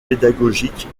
pédagogique